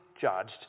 judged